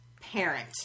parent